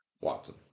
Watson